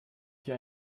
hier